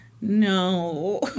No